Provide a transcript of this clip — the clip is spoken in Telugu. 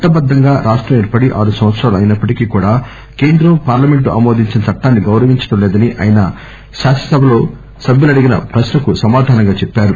చట్టబద్దంగా రాష్టం ఏర్పడి ఆరు సంవత్సరాలు అయినప్పటికీ కూడా కేంద్రం పార్లమెంట్ ఆమోదించిన చట్టాన్ని గౌరవించడం లేదని ఆయన శాసనసభలో సభ్యులు అడిగిన ప్రశ్నకు సమాధానంగా చెప్పారు